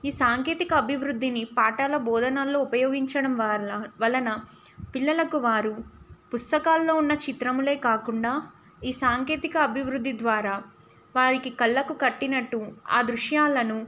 ఈ సాంకేతిక అభివృద్ధిని పాఠాల బోధనల్లో ఉపయోగించడం వల వలన పిల్లలకు వారు పుస్తకాల్లో ఉన్న చిత్రములే కాకుండా ఈ సాంకేతిక అభివృద్ధి ద్వారా వారికి కళ్ళకు కట్టినట్టు ఆ దృశ్యాలను